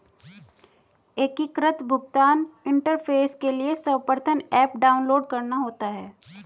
एकीकृत भुगतान इंटरफेस के लिए सर्वप्रथम ऐप डाउनलोड करना होता है